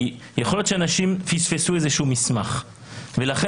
יכול להיות שאנשים פספסו איזשהו מסמך ולכן